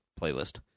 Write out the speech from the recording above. playlist